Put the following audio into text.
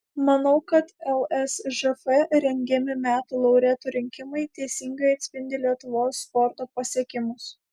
manau kad lsžf rengiami metų laureatų rinkimai teisingai atspindi lietuvos sporto pasiekimus